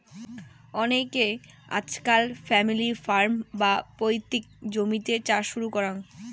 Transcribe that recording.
অনেইকে আজকাল family farm, বা পৈতৃক জমিতে চাষ শুরু করাং